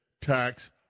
tax